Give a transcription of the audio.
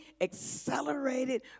accelerated